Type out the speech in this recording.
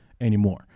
anymore